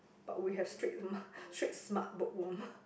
but we have street ma~ street smart bookworm